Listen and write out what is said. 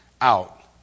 out